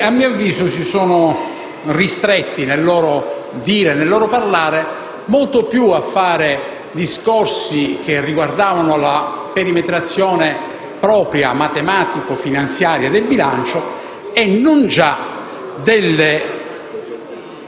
che a mio avviso si sono ristretti, nel loro parlare, molto più a discorsi che riguardavano la perimetrazione propria, matematico-finanziaria del bilancio, piuttosto che